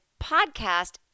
Podcast